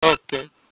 okay